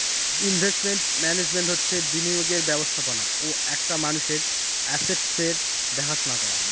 investment management হচ্ছে বিনিয়োগের ব্যবস্থাপনা ও একটা মানুষের আসেটসের দেখাশোনা করা